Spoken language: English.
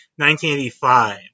1985